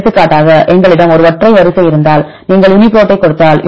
எடுத்துக்காட்டாக எங்களிடம் ஒரு ஒற்றை வரிசை இருந்தால் நீங்கள் யூனிபிரோட்டைக் கொடுத்தால்